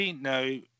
No